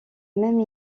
même